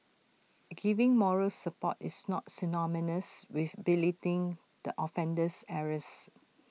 giving moral support is not synonymous with belittling the offender's errors